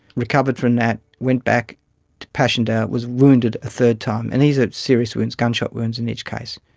recovered from that, went back to passchendaele, was wounded a third time. and these are serious wounds, gunshot wounds in each case.